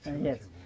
Yes